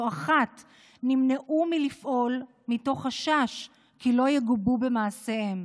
לא אחת נמנעו מלפעול מתוך חשש כי לא יגובו במעשיהם.